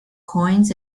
coins